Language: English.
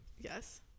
Yes